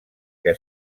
que